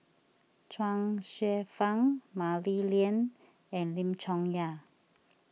Chuang Hsueh Fang Mah Li Lian and Lim Chong Yah